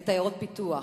את עיירות הפיתוח,